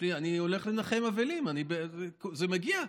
אני הולך לנחם אבלים, זה מגיע.